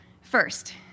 First